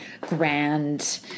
grand